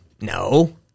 No